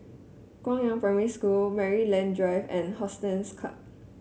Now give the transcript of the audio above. Guangyang Primary School Maryland Drive and Hollandse Club